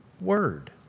word